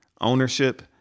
ownership